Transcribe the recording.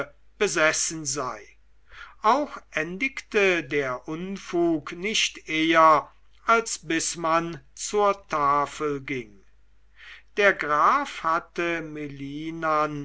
besessen sei auch endigte der unfug nicht eher als bis man zur tafel ging der graf hatte melinan